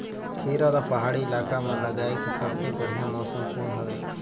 खीरा ला पहाड़ी इलाका मां लगाय के सबले बढ़िया मौसम कोन हवे?